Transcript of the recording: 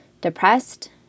depressed